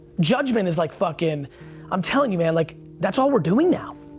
judgment is like fucking i'm telling you man, like that's all we're doing now.